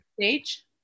stage